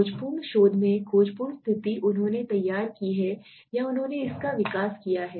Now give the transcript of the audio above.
खोजपूर्ण शोध में खोजपूर्ण स्थिति उन्होंने तैयार की है या उन्होंने इसका विकास किया है